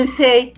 say